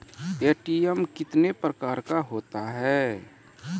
ATM कितने प्रकार का होता हैं?